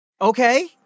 Okay